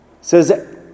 says